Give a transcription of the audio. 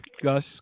Gus